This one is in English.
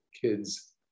kid's